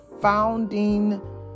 founding